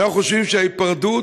אנחנו חושבים שההיפרדות,